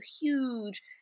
huge